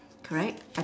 correct I